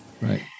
Right